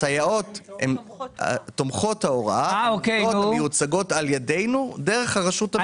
הסייעות תומכות ההוראה המיוצגות על ידנו דרך הרשות המקומית.